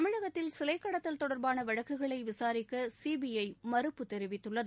தமிழகத்தில் சிலை கடத்தல் தொடர்பான வழக்குகளை விசாரிக்க சிபிஐ மறுப்பு தெரிவித்துள்ளது